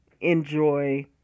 enjoy